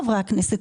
חברי הכנסת,